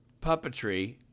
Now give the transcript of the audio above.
puppetry